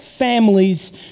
families